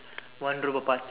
one room apart